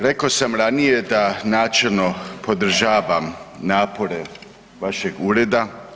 Rekao sam ranije da načelno podržavam napore vašeg ureda.